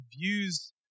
views